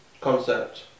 concept